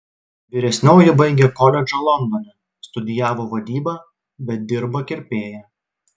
vyresnioji baigė koledžą londone studijavo vadybą bet dirba kirpėja